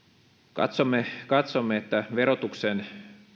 katsomme katsomme että